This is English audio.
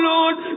Lord